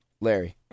Larry